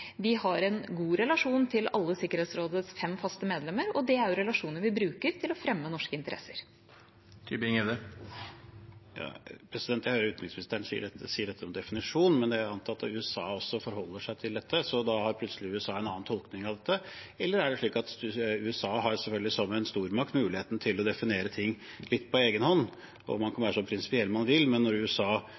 Vi har en god relasjon til alle Sikkerhetsrådets fem faste medlemmer, og det er relasjoner vi bruker til å fremme norske interesser. Jeg hører utenriksministeren si dette om definisjon, men jeg antar at USA også forholder seg til dette, så da har jo plutselig USA en annen tolkning av dette. Er det slik at USA selvfølgelig som en stormakt har muligheten til å definere ting litt på egen hånd? Man kan være så prinsipiell man vil, men når